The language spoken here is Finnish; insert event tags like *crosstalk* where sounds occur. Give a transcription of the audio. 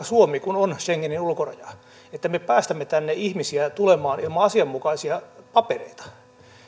*unintelligible* suomi on schengenin ulkorajaa että me päästämme tänne ihmisiä tulemaan ilman asianmukaisia papereita